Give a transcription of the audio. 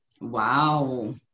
Wow